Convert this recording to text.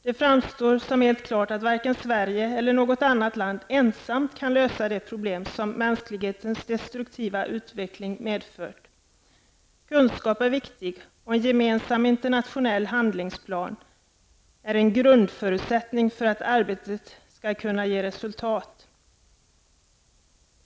Det framstår som helt klart att varken Sverige eller något annat land ensamt kan lösa de problem som mänsklighetens destruktiva utveckling medfört. Kunskap är viktig, och en gemensam internationell handlingsplan är en grundförutsättning för att arbetet skall kunna ge resultat.